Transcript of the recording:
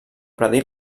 predir